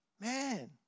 Man